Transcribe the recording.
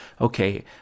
okay